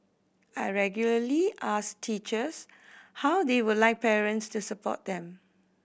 I regularly ask teachers how they would like parents to support them